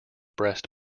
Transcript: breast